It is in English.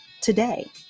today